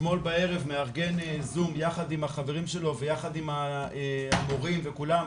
אתמול בערב הוא מארגן זום יחד עם החברים שלו ויחד עם המורים וכולם,